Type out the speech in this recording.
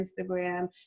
instagram